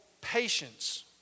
patience